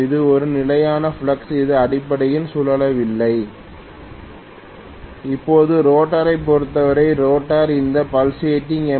இது ஒரு நிலையான ஃப்ளக்ஸ் இது அடிப்படையில் சுழலவில்லை இப்போது ரோட்டரைப் பொருத்தவரை ரோட்டார் இந்த பல்சேட்டிங் எம்